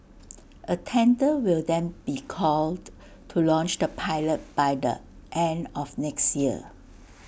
A tender will then be called to launch the pilot by the end of next year